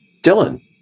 Dylan